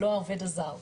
ולא העובד הזר,